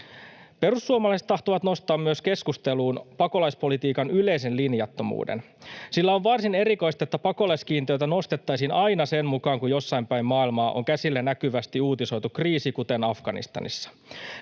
Perussuomalaiset tahtovat nostaa keskusteluun myös pakolaispolitiikan yleisen linjattomuuden, sillä on varsin erikoista, että pakolaiskiintiötä nostettaisiin aina sen mukaan, kun jossain päin maailmaa on käsillä näkyvästi uutisoitu kriisi, kuten Afganistanissa.